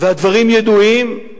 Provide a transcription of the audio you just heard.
והדברים ידועים,